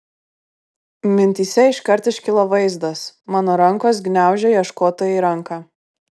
mintyse iškart iškilo vaizdas mano rankos gniaužia ieškotojai ranką